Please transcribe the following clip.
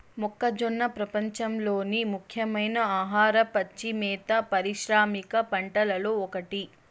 మొక్కజొన్న ప్రపంచంలోని ముఖ్యమైన ఆహార, పచ్చి మేత పారిశ్రామిక పంటలలో ఒకటి